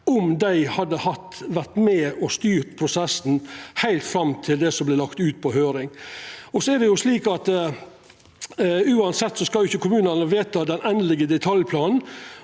om dei hadde vore med og styrt prosessen heilt fram til det som vert lagt ut på høyring. Uansett skal ikkje kommunane vedta den endelege detaljplanen.